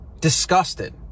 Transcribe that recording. disgusted